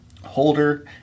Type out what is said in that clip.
holder